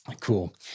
Cool